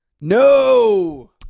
No